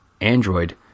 Android